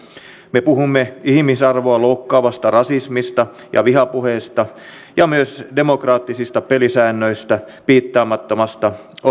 me puhumme ihmisarvoa loukkaavasta rasismista ja vihapuheesta ja myös demokraattisista pelisäännöistä piittaamattomasta